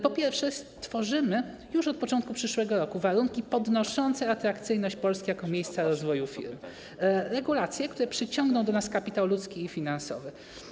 Po pierwsze, stworzymy już od początku przyszłego roku warunki podnoszące atrakcyjność Polski jako miejsca rozwoju firm, regulacje, które przyciągną do nas kapitał ludzki i finansowy.